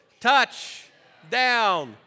Touchdown